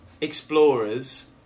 explorers